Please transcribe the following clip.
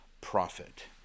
profit